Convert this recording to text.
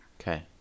Okay